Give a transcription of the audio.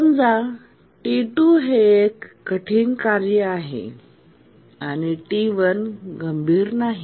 समजा T2 हे एक कठीण कार्य आहे आणि T1 गंभीर नाही